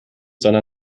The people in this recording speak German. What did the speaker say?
seiner